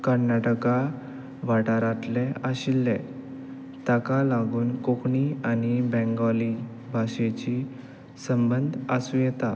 कर्नाटका वाठारांतले आशिल्ले ताका लागून कोंकणी आनी बेंगोली भाशेची संबंध आसूं येता